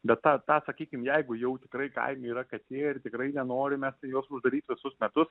bet ta tą sakykim jeigu jau tikrai kaime yra katė ir tikrai nenorime jos uždaryt visus metus